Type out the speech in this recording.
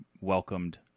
welcomed